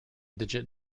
digit